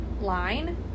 line